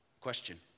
Question